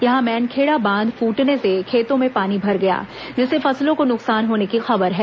यहां मैनखेड़ा बांध फूटने से खेतों में पानी भर गया जिससे फसलों को नुकसान होने की खबर है